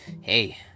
hey